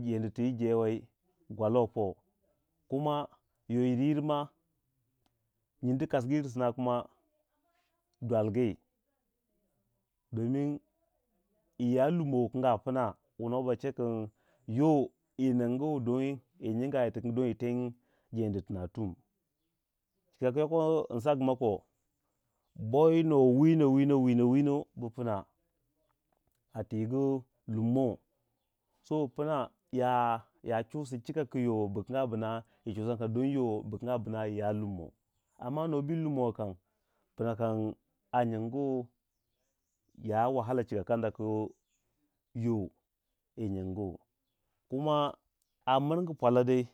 jeendi tuyi jewei gwalu wei po kuma yo yiryiri ma nyindi kasgu yiru sina dwalgi dinging iya lummo yu kinge a pna wu nuwa ba chekin yo yi ningu don yi nyinga yiti kingi ding yi ten jeendi tinatum chika ku yoko nsagu mau ko, bo yi nuwa wino wino wino wino bu pna a tiigu lummo so pna ya ya chusi chika ku yo bu kanga binayi chusan kuna ding yo bukanga bina ya lummo amma nwo bu yi lummo wa kam pna kam a nyingu ya wahala chika ku yo yi nyingu kumamiringu pwalau dai.